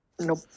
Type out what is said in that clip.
Nope